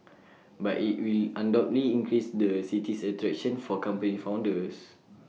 but IT will undoubtedly increase the city's attraction for company founders